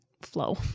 flow